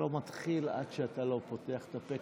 אני לא מתחיל עד שאתה פותח את הפה.